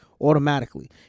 automatically